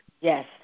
Yes